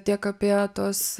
tiek apie tuos